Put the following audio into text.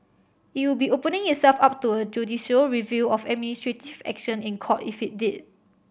it would be opening itself up to a judicial review of administrative action in court if it did